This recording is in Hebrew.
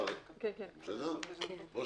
הצבעה בעד התקנה